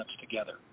together